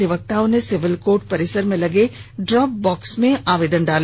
अधिवक्ताओं ने civil court परिसर में लगे ड्रॉप बॉक्स में आवेदन डाला